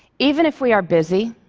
even if we are busy,